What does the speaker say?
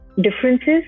differences